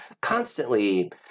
constantly